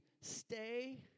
stay